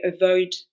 avoid